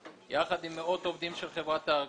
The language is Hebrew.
יחד עם מאות עובדים של חברת הארגז.